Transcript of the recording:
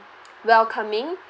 welcoming